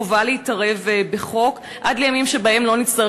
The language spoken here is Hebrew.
חובה להתערב בחוק עד לימים שבהם לא נצטרך,